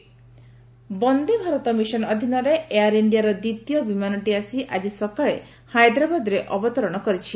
Vande Bharat mission Vande Bharat mission ଅଧୀନରେ air ଇଣ୍ଡିଆର ଦ୍ୱିତୀୟ ବିମାନଟି ଆସି ଆଜି ସକାଳେ ହାଇଦ୍ରାବାଦରେ ଅବତରଣ କରିଛି